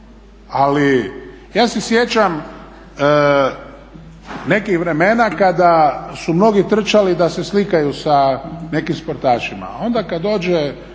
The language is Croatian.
Ali ja se sjećam nekih vremena kada su mnogi trčali da se slikaju sa nekim sportašima, onda kad dođe